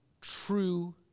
true